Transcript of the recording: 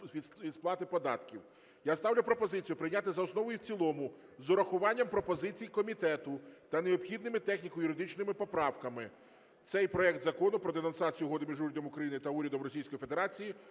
Я ставлю пропозицію прийняти за основу і в цілому з урахуванням пропозицій комітету та необхідними техніко-юридичними поправками. Цей проект Закону про денонсацію Угоди між Урядом України та Урядом Російської Федерації